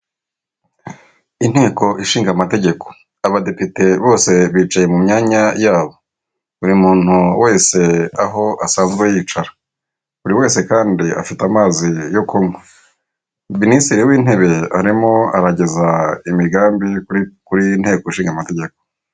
Mu Nteko ishinga amategeko, abadepite bicaye mu myanya yabo. Minisitiri w'Intebe ari imbere yabo, hari ibyo ari kubabwira.